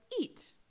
eat